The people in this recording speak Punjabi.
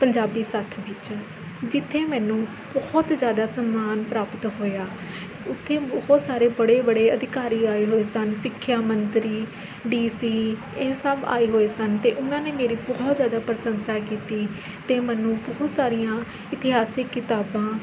ਪੰਜਾਬੀ ਸੱਥ ਵਿੱਚ ਜਿੱਥੇ ਮੈਨੂੰ ਬਹੁਤ ਜ਼ਿਆਦਾ ਸਨਮਾਨ ਪ੍ਰਾਪਤ ਹੋਇਆ ਉੱਥੇ ਬਹੁਤ ਸਾਰੇ ਬੜੇ ਬੜੇ ਅਧਿਕਾਰੀ ਆਏ ਹੋਏ ਸਨ ਸਿੱਖਿਆ ਮੰਤਰੀ ਡੀ ਸੀ ਇਹ ਸਭ ਆਏ ਹੋਏ ਸਨ ਅਤੇ ਉਹਨਾਂ ਨੇ ਮੇਰੀ ਬਹੁਤ ਜ਼ਿਆਦਾ ਪ੍ਰਸ਼ੰਸਾ ਕੀਤੀ ਅਤੇ ਮੈਨੂੰ ਬਹੁਤ ਸਾਰੀਆਂ ਇਤਿਹਾਸਿਕ ਕਿਤਾਬਾਂ